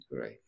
Right